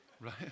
Right